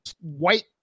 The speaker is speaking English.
white